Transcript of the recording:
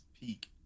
peak